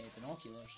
binoculars